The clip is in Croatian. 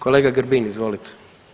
Kolega Grbin, izvolite.